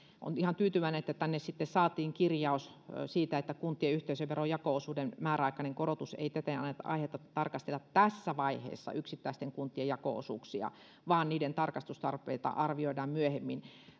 olen ihan tyytyväinen että tänne sitten saatiin kirjaus siitä että kuntien yhteisöveron jako osuuden määräaikainen korotus ei täten anna aihetta tarkastella tässä vaiheessa yksittäisten kuntien jako osuuksia vaan niiden tarkistustarpeita arvioidaan myöhemmin